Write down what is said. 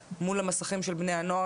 מול המסכים של בני הנוער,